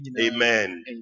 Amen